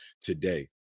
today